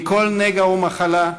מכל נגע ומחלה,